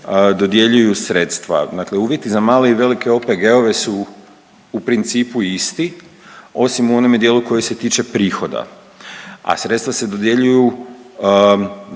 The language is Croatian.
dodjeljuju sredstva, dakle uvjeti za male i velike OPG-ove su u principu isti osim u onome dijelu koji se tiče prihoda, a sredstva se dodjeljuju,